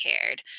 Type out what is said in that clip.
cared